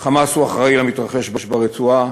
"חמאס" הוא האחראי למתרחש ברצועה,